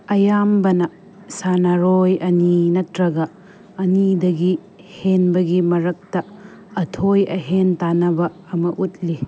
ꯑꯌꯥꯝꯕꯅ ꯁꯥꯟꯅꯔꯣꯏ ꯑꯅꯤ ꯅꯠꯇ꯭ꯔꯒ ꯑꯅꯤꯗꯒꯤ ꯍꯦꯟꯕꯒꯤ ꯃꯔꯛꯇ ꯑꯊꯣꯏ ꯑꯍꯦꯟ ꯇꯥꯟꯅꯕ ꯑꯃ ꯎꯠꯂꯤ